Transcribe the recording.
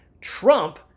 Trump